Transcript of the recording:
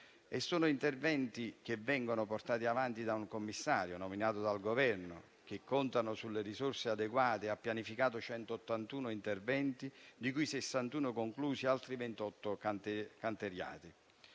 Sono interventi che vengono portati avanti da un commissario nominato dal Governo, che contano su risorse adeguate: sono stati pianificati 181 interventi, di cui 61 conclusi e altri 28 cantierati.